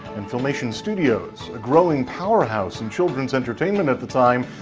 and filmation studios, a growing powerhouse in children's entertainment at the time,